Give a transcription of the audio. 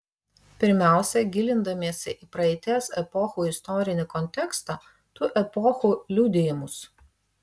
pirmiausia gilindamiesi į praeities epochų istorinį kontekstą tų epochų liudijimus